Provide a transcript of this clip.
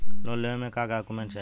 Loan लेवे मे का डॉक्यूमेंट चाही?